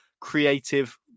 creative